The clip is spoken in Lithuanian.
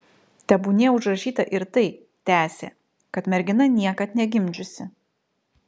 tebūnie užrašyta ir tai tęsė kad mergina niekad negimdžiusi